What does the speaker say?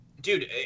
dude